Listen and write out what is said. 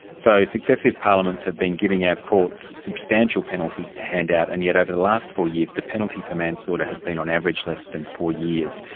so successive parliaments have been giving our courts substantial penalties to hand out, and yet over the last four years the penalty for manslaughter has been on average less than four years.